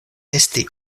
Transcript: esti